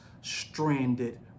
stranded